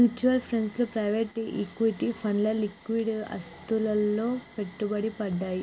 mutual funds లో private equity ఫండ్లు liquid ఆస్తులలో పెట్టుబడి పెడ్తయ్